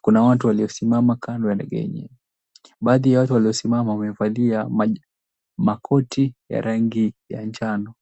kuna watu waliosimama kando ya ndege enyewe, baadhi ya wale waliosimama wamevalia makoti ya rangi ya njano.